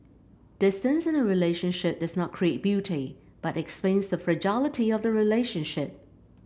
distance in a relationship does not create beauty but it explains the fragility of the relationship